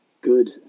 good